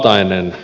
toinen